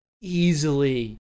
easily